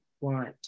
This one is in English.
want